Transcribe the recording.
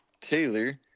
Taylor